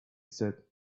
said